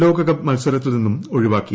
ലോകകപ്പ് മത്സരത്തിൽ നിന്ന് ഒഴിവാക്കി